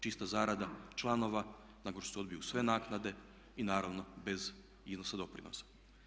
Čista zarada članova nakon što se odbiju sve naknade i naravno bez iznosa doprinosa.